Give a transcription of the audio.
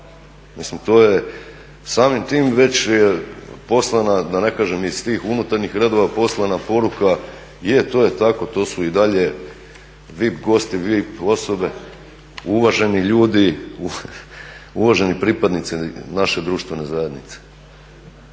mislim samim tim je već poslana da ne kažem iz tih unutarnjih redova poslana poruka, je to je tako to su i dalje VIP goste, VIP osobe, uvaženi ljudi, uvaženi pripadnici naše društvene zajednice.